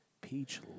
Peach